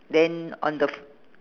then on the fl~